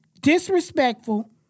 disrespectful